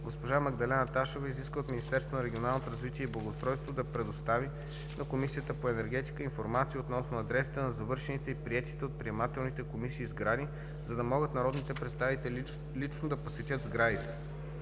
на регионалното развитие и благоустройство да предостави на Комисията по енергетика информация относно адресите на завършените и приетите от приемателните комисии сгради, за да могат народните представители лично да посетят сградите.